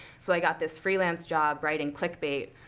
so i got this freelance job writing click bait,